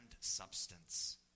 substance